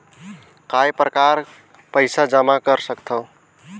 काय प्रकार पईसा जमा कर सकथव?